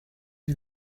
die